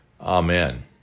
Amen